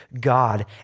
God